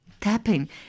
Tapping